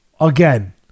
again